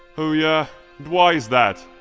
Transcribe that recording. oh yeah, and why is that?